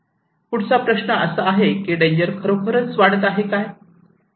पुढचा प्रश्न असा आहे की डेंजर खरोखरच वाढत आहे काय